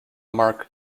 mark